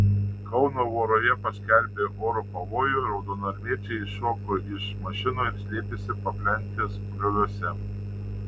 kauno voroje paskelbė oro pavojų raudonarmiečiai iššoko iš mašinų ir slėpėsi paplentės grioviuose